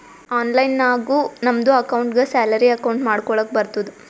online ನಾಗು ನಮ್ದು ಅಕೌಂಟ್ಗ ಸ್ಯಾಲರಿ ಅಕೌಂಟ್ ಮಾಡ್ಕೊಳಕ್ ಬರ್ತುದ್